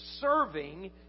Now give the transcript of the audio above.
Serving